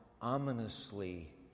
ominously